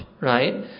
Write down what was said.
right